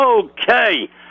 Okay